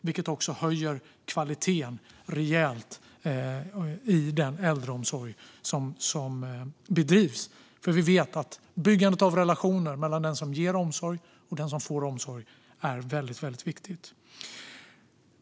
Det höjer också kvaliteten rejält i den äldreomsorg som bedrivs. Vi vet att byggandet av relationer mellan den som ger omsorg och den som får omsorg är väldigt viktigt.